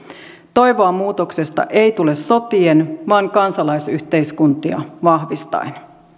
toivoa muutoksesta ei tule sotien kautta vaan kansalaisyhteiskuntia vahvistaen